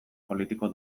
politiko